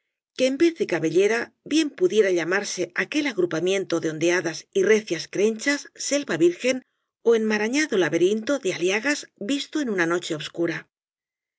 que en vez de cabellera bien pudiera llamarse aquel agrupamiento de ondeadas y recias crenchas selva virgen ó enmarañado laberinto de aliagas visto en una noche obscura